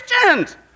christians